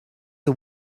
are